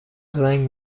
زنگ